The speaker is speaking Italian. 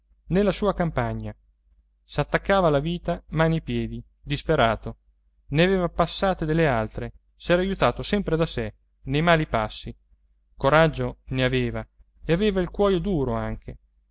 nella sua campagna s'attaccava alla vita mani e piedi disperato ne aveva passate delle altre s'era aiutato sempre da sé nei mali passi coraggio ne aveva e aveva il cuoio duro anche